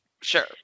Sure